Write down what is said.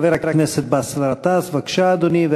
חבר הכנסת באסל גטאס, בבקשה, אדוני.